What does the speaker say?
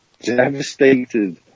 devastated